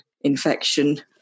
infection